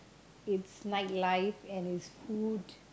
with its nightlife and its food